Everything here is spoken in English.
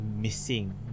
missing